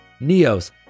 Neos